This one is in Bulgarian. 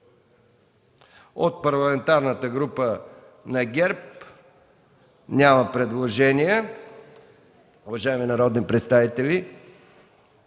От Парламентарната група на ГЕРБ няма предложение. Уважаеми народни представители,